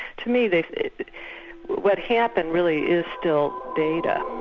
to me they what happened really is still data.